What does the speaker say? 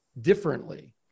differently